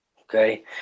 Okay